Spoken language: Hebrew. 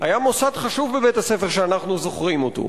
היה מוסד חשוב בבית-הספר שאנחנו זוכרים אותו?